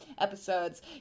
episodes